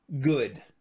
good